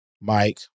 Mike